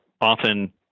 often